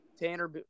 Tanner